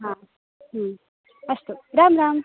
हा हम् अस्तु राम् राम्